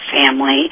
family